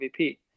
MVP